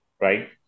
right